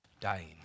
dying